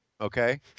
Okay